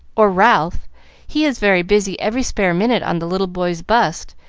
or ralph he is very busy every spare minute on the little boy's bust,